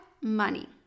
Money